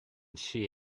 she